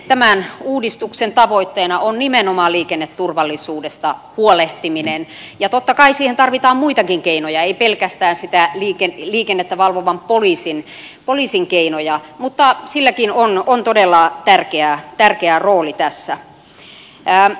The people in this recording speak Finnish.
tämän uudistuksen tavoitteena on nimenomaan liikenneturvallisuudesta huolehtiminen ja totta kai siihen tarvitaan muitakin keinoja ei pelkästään sitä liikennettä valvovan poliisin keinoja vaikka niilläkin on todella tärkeä rooli tässä